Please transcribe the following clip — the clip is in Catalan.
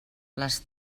les